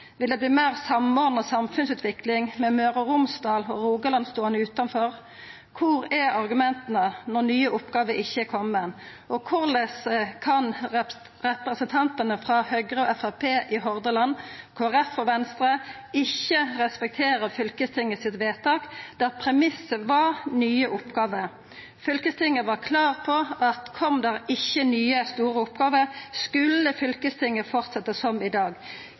Vil det verta meir samordna samfunnsutvikling med Møre og Romsdal og Rogaland ståande utanfor? Kor er argumenta når nye oppgåver ikkje er komne? Og kvifor kan ikkje representantane frå Høgre og Framstegspartiet i Hordaland, Kristeleg Folkeparti og Venstre respektera fylkestinget sitt vedtak, der premissen var nye oppgåver? Fylkestinget var klar på at kom det ikkje nye, store oppgåver, skulle fylkestinget halda fram som i dag.